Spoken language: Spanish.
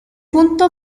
punto